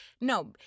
No